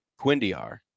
quindiar